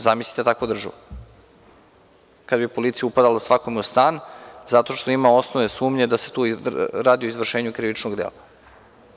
Zamislite takvu državu kada bi policija upadala svakome u stan zato što ima osnovane sumnje da se tu radi o izvršenju krivičnog dela.